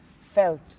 felt